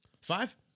five